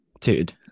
Dude